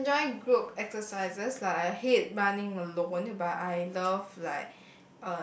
I enjoy group exercises lah I hate running alone but I love like